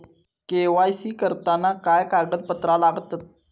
KYC करताना काय कागदपत्रा लागतत?